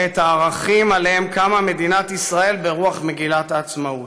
ואת הערכים שעליהם קמה מדינת ישראל ברוח מגילת העצמאות.